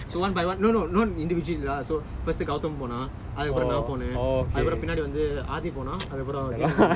so one by one no no no individual lah first so Gautham போனா அப்புறம் நா போனே அப்புறம் ஆதி போனா அப்புறம் தீலன் போனா:gautham ponaa appuram naa poonae appuram aati ponaa appuram teelan ponaa